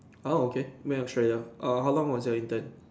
!wow! okay man Australia err how long was your intern